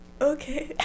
Okay